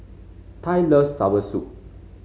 Ty loves soursop